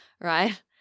right